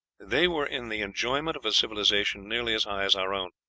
they were in the enjoyment of a civilization nearly as high as our own,